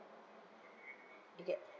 to get